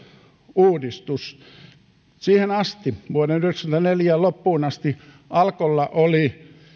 uudistus siihen asti vuoden yhdeksänkymmentäneljä loppuun asti alkolla oli